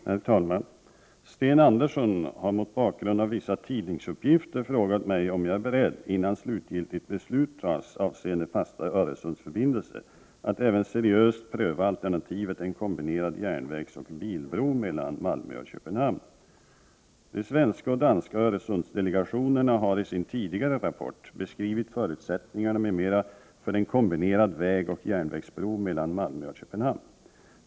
Herr talman! Sten Andersson i Malmö har mot bakgrund av vissa tidningsuppgifter frågat mig om jag är beredd, innan slutgiltigt beslut tas avseende fasta Öresundsförbindelser, att även seriöst pröva alternativet en kombinerad järnvägsoch bilbro mellan Malmö och Köpenhamn. De svenska och danska Öresundsdelegationerna har i sin tidigare rapport beskrivit förutsättningarna m.m. för en kombinerad vägoch järnvägsbro mellan Malmö och Köpenhamn.